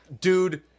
Dude